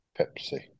Pepsi